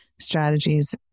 strategies